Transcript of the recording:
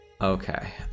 Okay